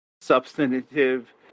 substantive